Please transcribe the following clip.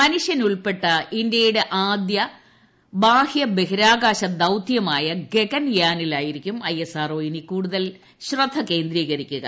മനുഷ്യനുൾപ്പെട്ട ഇന്ത്യയുടെ ആദ്യ ബാഹ്യബഹിരാകാശ ദൌത്യമായ ഗഗൻയാനിൽ ആയിരിക്കും ഐഎസ്ആർഒ ഇനി കൂടുതൽ ശ്രദ്ധ കേന്ദ്രീകരിക്കുക